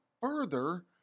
further